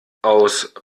aus